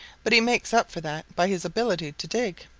but he makes up for that by his ability to dig.